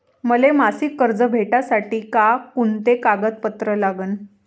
मले मासिक कर्ज भेटासाठी का कुंते कागदपत्र लागन?